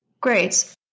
Great